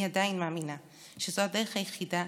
אני עדיין מאמינה שזאת הדרך היחידה